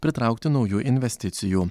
pritraukti naujų investicijų